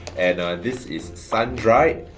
and this is sun-dried,